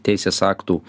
teisės aktų